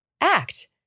act